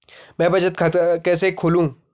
मैं बचत खाता कैसे खोलूँ?